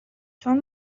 چون